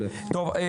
טוב,